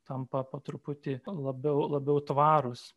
tampa po truputį labiau labiau tvarūs